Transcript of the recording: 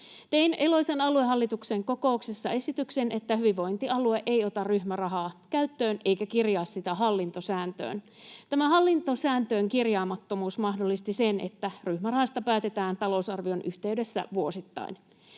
Tein Eloisan aluehallituksen kokouksessa esityksen, että hyvinvointialue ei ota ryhmärahaa käyttöön, eikä kirjaa sitä hallintosääntöön. Tämä hallintosääntöön kirjaamattomuus mahdollisti sen, että ryhmärahasta päätetään talousarvion yhteydessä vuosittain.